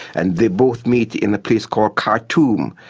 and they both meet in a place called khartoum.